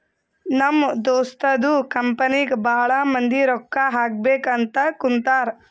ನಮ್ ದೋಸ್ತದು ಕಂಪನಿಗ್ ಭಾಳ ಮಂದಿ ರೊಕ್ಕಾ ಹಾಕಬೇಕ್ ಅಂತ್ ಕುಂತಾರ್